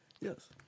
Yes